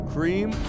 Cream